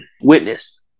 witness